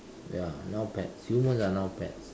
ya now pets humans are now pets